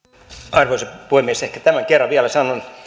arvoisa puhemies ehkä tämän kerran vielä sanon